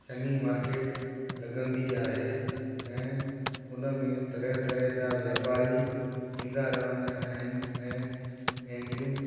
Shani market लॻंदी आहे ऐं उन में तरह तरह जा वापारी ईंदा रहंदा आहिनि ऐं पंहिंजियूं